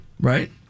right